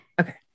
okay